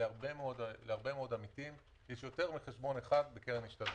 תכניס גם את קרנות הפנסיה,